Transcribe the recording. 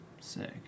Sick